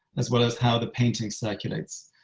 as well as how the painting circulates,